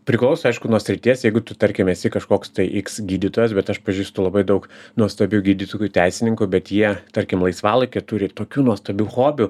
priklauso aišku nuo srities jeigu tu tarkim esi kažkoks tai iks gydytojas bet aš pažįstu labai daug nuostabių gydytojų teisininkų bet jie tarkim laisvalaikiu turi tokių nuostabių hobių